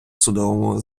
судовому